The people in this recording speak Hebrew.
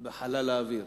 בחלל האוויר.